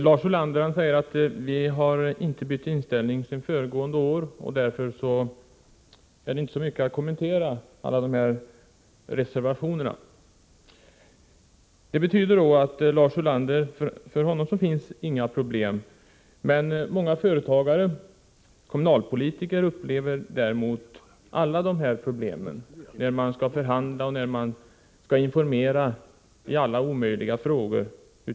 Herr talman! Lars Ulander säger att vi inte har bytt inställning sedan föregående år och att det därför inte är så mycket att kommentera i alla våra reservationer. För Lars Ulander finns det inte några problem. Många företagare och kommunalpolitiker upplever däremot de problem som vi har aktualiserat när de ute i företagen och i kommuner och landsting skall förhandla och informera i alla möjliga frågor.